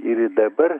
ir dabar